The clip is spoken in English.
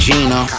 Gina